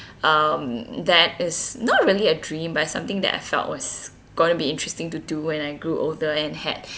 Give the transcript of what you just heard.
um that is not really a dream but it's something that I felt was going to be interesting to do when I grew older and had